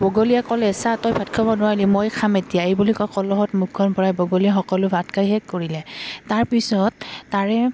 বগলীয়া ক'লে চা তই ভাত খাব নোৱাৰিলি মই খাম এতিয়া এই বুলি কৈ কলহত মুখখন ভৰাই বগলীয়া সকলো ভাত খাই শেষ কৰিলে তাৰপিছত তাৰে